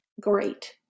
great